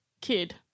kid